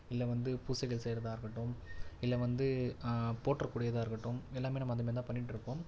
இல்லை வந்து பூஜைகள் செய்கிறதா இருக்கட்டும் இல்லை வந்து போறுற்றக் கூடியதாக இருக்கட்டும் எல்லாமே நம்ம அந்தமாதிரிதான் பண்ணிகிட்ருக்கோம்